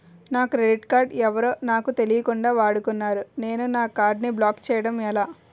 నా credit card ఎవరో నాకు తెలియకుండా వాడుకున్నారు నేను నా కార్డ్ ని బ్లాక్ చేయడం ఎలా?